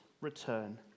return